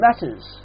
matters